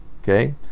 okay